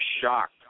shocked